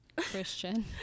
christian